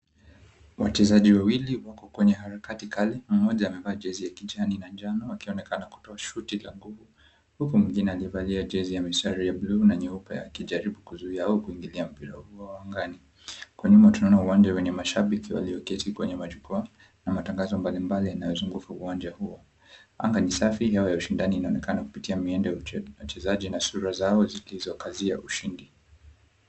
Wachezaji wawili wako kwenye harakati kali. Mmoja amevaa jezi ya kijani na njano akionekana kutoa shuti la goli huku mwingine aliyevalia jezi ya mistari ya buluu na nyeupe akijaribu kuizuia au kuingilia mpira huo angani. Kwa nyuma tunaona uwanja wenye mashabiki walioketi kwenye majukwaa na matangazo mbalimbali yanayozunguka uwanja huo. Anga ni safi. Hewa ya ushindani inaonekana kupitia miendo ya wachezaji na sura zao zilizokazia ushindi.